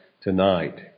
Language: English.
tonight